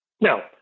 Now